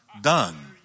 done